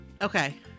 okay